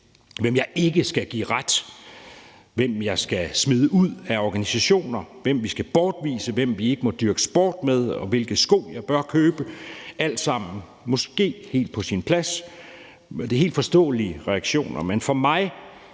hvem jeg ikke skal give ret, hvem jeg skal smide ud af organisationer, hvem vi skal bortvise, hvem vi ikke må dyrke sport med, og hvilke sko jeg bør købe. Det er måske alt sammen helt på sin plads. Det er helt forståelige reaktioner,